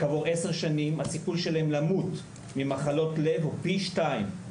כעבור עשר שנים הסיכוי שלהם למות ממחלות לב הוא פי שניים,